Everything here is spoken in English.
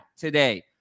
today